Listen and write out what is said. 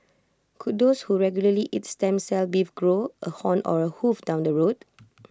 could those who regularly eat stem cell beef grow A horn or A hoof down the road